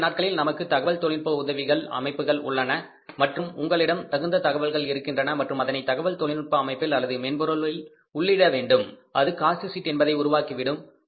இப்போதைய நாட்களில் நமக்கு தகவல் தொழில்நுட்ப உதவி அமைப்புகள் உள்ளன மற்றும் உங்களிடம் தகுந்த தகவல்கள் இருக்கின்றன மற்றும் அதனை தகவல் தொழில்நுட்ப அமைப்பில் அல்லது மென்பொருளில் உள்ளிட வேண்டும் அது காஸ்ட் ஷீட் என்பதை உருவாக்கிவிடும்